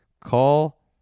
call